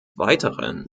weiteren